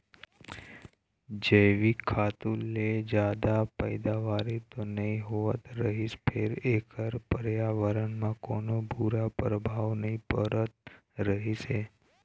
जइविक खातू ले जादा पइदावारी तो नइ होवत रहिस फेर एखर परयाबरन म कोनो बूरा परभाव नइ पड़त रहिस हे